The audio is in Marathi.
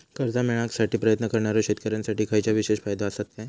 कर्जा मेळाकसाठी प्रयत्न करणारो शेतकऱ्यांसाठी खयच्या विशेष फायदो असात काय?